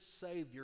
Savior